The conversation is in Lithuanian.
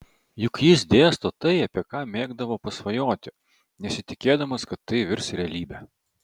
juk jis dėsto tai apie ką mėgdavo pasvajoti nesitikėdamas kad tai virs realybe